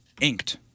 inked